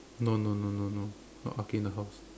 no no no no no no got arcade in the house